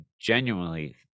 genuinely